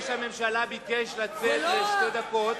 הממשלה ביקש לצאת לשתי דקות.